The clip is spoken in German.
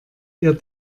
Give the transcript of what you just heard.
ihr